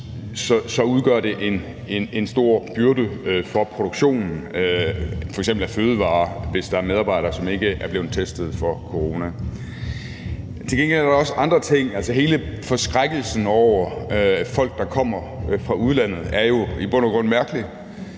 udgør det en stor byrde for produktionen, f.eks. produktionen af fødevarer. Det kan ske, hvis der er en medarbejder, som ikke er blevet testet for corona. Til gengæld er der andre ting, vi ikke er for – altså, hele forskrækkelsen over folk, der kommer fra udlandet er jo i bund og grund mærkelig.